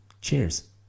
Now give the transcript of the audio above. cheers